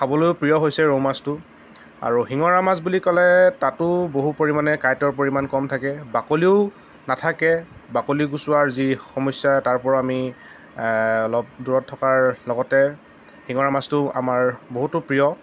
খাবলৈও প্ৰিয় হৈছে ৰৌ মাছটো আৰু শিঙৰা মাছ বুলি ক'লে তাতো বহু পৰিমাণে কাঁইটৰ পৰিমাণ কম থাকে বাকলিও নাথাকে বাকলি গুছোৱাৰ যি সমস্য়া তাৰ পৰা আমি অলপ দূৰত থকাৰ লগতে শিঙৰা মাছটোও আমাৰ বহুতো প্ৰিয়